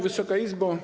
Wysoka Izbo!